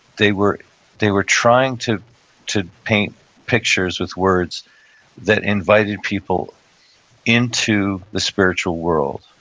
they were they were trying to to paint pictures with words that invited people into the spiritual world.